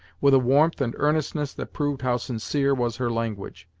with a warmth and earnestness that proved how sincere was her language.